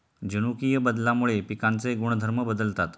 जनुकीय बदलामुळे पिकांचे गुणधर्म बदलतात